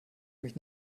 mich